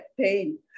pain